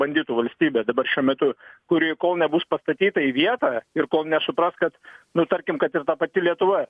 banditų valstybė dabar šiuo metu kuri kol nebus pastatyta į vietą ir kol nesupras kad nu tarkim kad ir ta pati lietuva